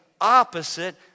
opposite